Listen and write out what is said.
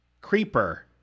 Creeper